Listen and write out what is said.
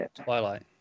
Twilight